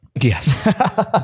Yes